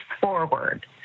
forward